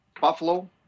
Buffalo